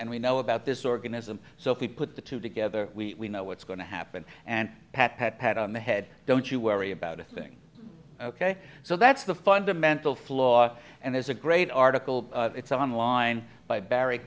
and we know about this organism so if we put the two together we know what's going to happen and pat pat pat on the head don't you worry about a thing ok so that's the fundamental flaw and there's a great article it's on line by barry